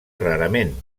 rarament